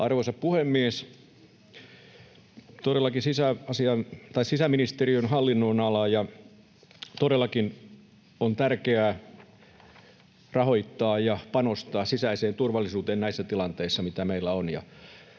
Arvoisa puhemies! Käsittelyssä on sisäministeriön hallin-nonala, ja todellakin on tärkeää rahoittaa ja panostaa sisäiseen turvallisuuteen näissä tilanteissa, mitä meillä on.